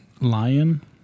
Lion